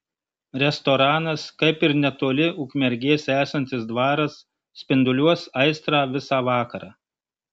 restoranas kaip ir netoli ukmergės esantis dvaras spinduliuos aistrą visa vakarą